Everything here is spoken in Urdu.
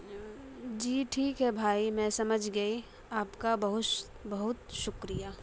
جی ٹھیک ہے بھائی میں سمجھ گئی آپ کا بہت بہت شکریہ